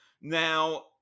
now